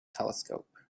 telescope